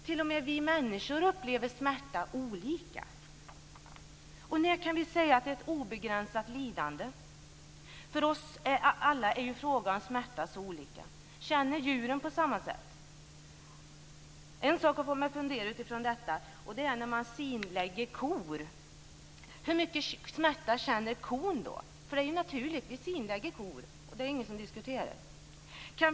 T.o.m. vi människor upplever smärta olika. När kan vi säga att det är ett obegränsat lidande? Smärta upplevs olika av alla. Känner djuren på samma sätt? Jag har utifrån detta funderat på sinläggning av kor. Hur mycket smärta känner kon då? Det är naturligt att sinlägga kor. Det är ingen som diskuterar det.